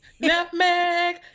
Nutmeg